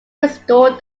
restored